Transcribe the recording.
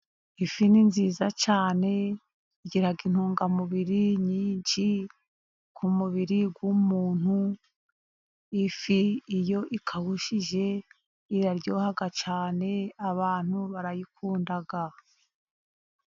Ifi ni nziza cyane igira intungamubiri nyinshi ku mubiri w'umuntu. Ifi iyo ikawushije iraryoha cyane, abantu barayikunda.